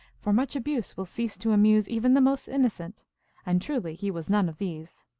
for much abuse will cease to amuse even the most innocent and truly he was none of these.